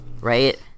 right